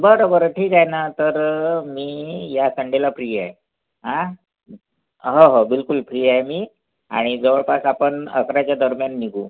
बरं बरं ठीक आहे ना तर मी या संडेला फ्री आहे आं हो हो बिलकुल फ्री आहे मी आणि जवळपास आपण अकराच्या दरम्यान निघू